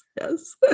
Yes